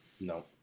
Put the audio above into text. no